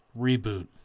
reboot